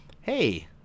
hey